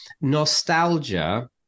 nostalgia